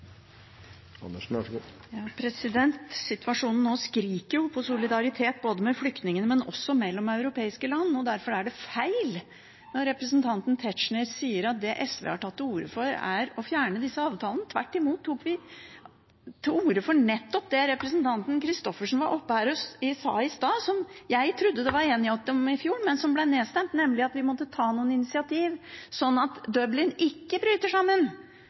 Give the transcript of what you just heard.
Situasjonen skriker nå etter solidaritet både med flyktningene og mellom europeiske land. Derfor er det feil når representanten Tetzschner sier at det SV har tatt til orde for, er å fjerne disse avtalene. Tvert imot tok vi til orde for nettopp det representanten Christoffersen sa her oppe i stad, som jeg trodde det var enighet om i fjor, men som ble nedstemt, nemlig at vi må ta noen initiativ slik at Dublin-avtalen ikke bryter sammen